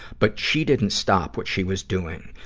but she didn't stop what she was doing.